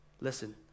Listen